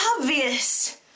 obvious